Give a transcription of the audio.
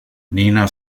nina